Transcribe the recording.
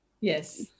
Yes